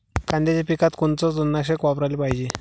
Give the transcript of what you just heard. कांद्याच्या पिकात कोनचं तननाशक वापराले पायजे?